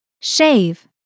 Shave